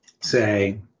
say